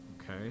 okay